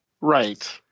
Right